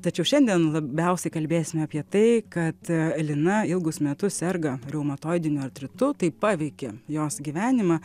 tačiau šiandien labiausiai kalbėsime apie tai kad a lina ilgus metus serga reumatoidiniu artritu tai paveikė jos gyvenimą